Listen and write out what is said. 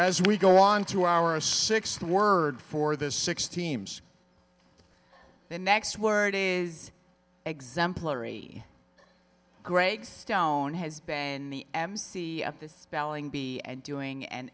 as we go on to our sixth word for the six teams the next word is exemplary greg stone has banned the mc of the spelling bee and doing an